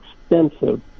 extensive